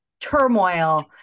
turmoil